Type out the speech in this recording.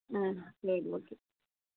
ம் சரி ஓகே